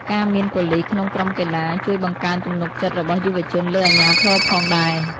ការមានប៉ូលីសក្នុងក្រុមកីឡា ជួយបង្កើនទំនុកចិត្តរបស់យុវជនលើអាជ្ញាធរផងដែរ។